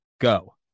Go